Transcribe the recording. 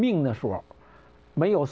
being there for me or